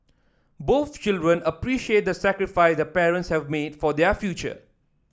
both children appreciate the sacrifice their parents have made for their future